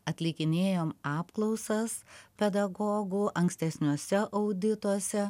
atlikinėjom apklausas pedagogų ankstesniuose audituose